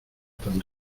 tan